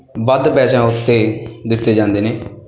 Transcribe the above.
ਵੱਧ ਪੈਸਿਆਂ ਉੱਤੇ ਦਿੱਤੇ ਜਾਂਦੇ ਨੇ